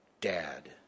dad